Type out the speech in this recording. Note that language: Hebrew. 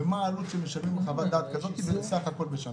ומה העלות של חוות דעת כזאת בסך הכול בשנה.